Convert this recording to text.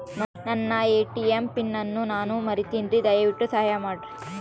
ನನ್ನ ATM PIN ಅನ್ನು ನಾನು ಮರಿತಿನ್ರಿ, ದಯವಿಟ್ಟು ಸಹಾಯ ಮಾಡ್ರಿ